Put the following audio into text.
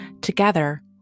Together